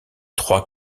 trois